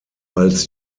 als